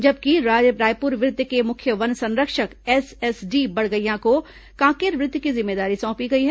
जबकि रायपुर वृत्त के मुख्य वन संरक्षक एसएसडी बड़गैय्या को कांकेर वृत्त की जिम्मेदारी सौंपी गई है